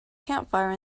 campfire